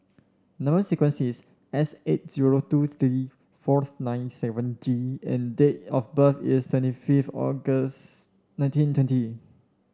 number sequence is S eight zero two three four nine seven G and date of birth is twenty fifth August nineteen twenty